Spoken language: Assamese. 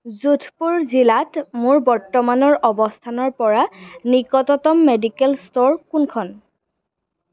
যোধপুৰ জিলাত মোৰ বৰ্তমানৰ অৱস্থানৰ পৰা নিকটতম মেডিকেল ষ্ট'ৰ কোনখন